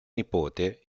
nipote